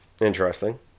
Interesting